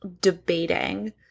debating